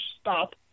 stop